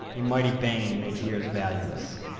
a mighty banging made ears valueless.